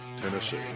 Tennessee